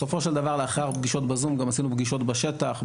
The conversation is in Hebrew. בסופו של דבר לאחר פגישות בזום גם עשינו פגישות בשטח,